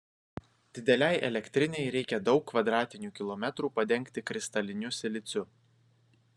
didelei elektrinei reikia daug kvadratinių kilometrų padengti kristaliniu siliciu